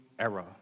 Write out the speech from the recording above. era